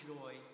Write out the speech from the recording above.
joy